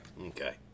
Okay